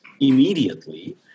immediately